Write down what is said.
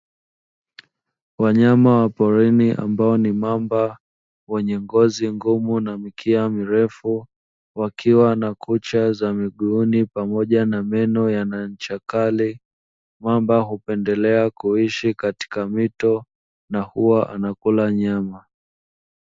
Wanyama wa porini ambao ni mamba wenye ngozi ngumu na mkia mrefu wakiwa na kucha za miguuni pamoja na meno yana ncha kali, mamba hupendelea kuishi katika mito na hua anakula nyama.